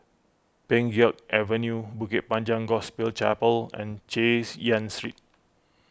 Pheng Geck Avenue Bukit Panjang Gospel Chapel and Chay Yan Street